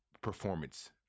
performance